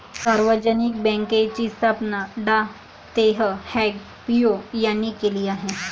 सार्वजनिक बँकेची स्थापना डॉ तेह हाँग पिओ यांनी केली आहे